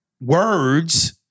words